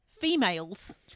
Females